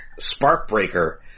Sparkbreaker